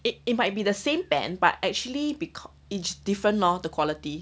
it it might be the same pen but actually becau~ it's different lor the quality